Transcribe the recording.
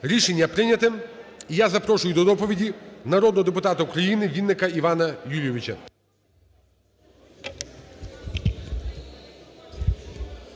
Рішення прийнято. І я запрошую до доповіді народного депутата України Вінника Івана Юлійовича.